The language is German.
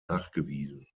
nachgewiesen